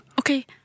Okay